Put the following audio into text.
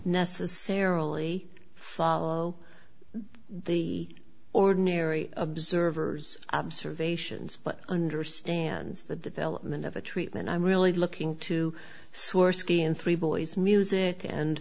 necessarily follow the ordinary observer's observations but understands the development of a treatment i'm really looking to score skiing three boys music and